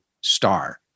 star